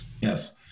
Yes